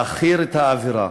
להעכיר את האווירה